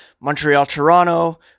Montreal-Toronto